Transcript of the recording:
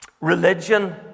religion